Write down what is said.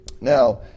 Now